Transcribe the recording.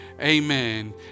amen